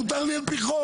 מותר לי על פי חוק.